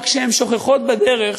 רק שהן שוכחות בדרך